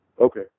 Okay